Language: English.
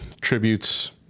tributes